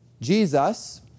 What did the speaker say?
Jesus